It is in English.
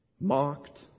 mocked